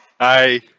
Hi